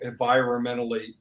environmentally